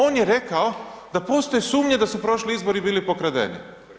On je rekao da postoje sumnje da su prošli izbori bili pokradeni.